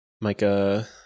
Micah